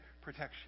protection